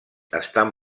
estan